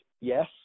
yes